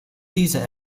diese